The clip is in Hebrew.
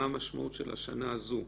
מה המשמעות של השנה הזאת?